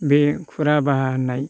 बे फुराबाहा होननाय